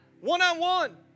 One-on-one